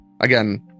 again